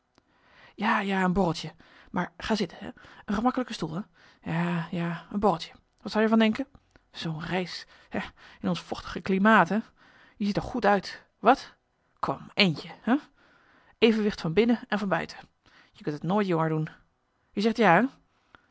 ja ja een borreltje maar ga zitten hè een gemakkelijke stoel hè ja ja een borreltje wat zou je er van denken zoo'n reis hè in ons vochtig klimaat hè je ziet er goed uit wat kom eentje hè evenwicht van binnen en van buiten je kunt t nooit jonger doen je zegt ja